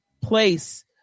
place